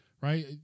Right